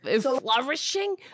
Flourishing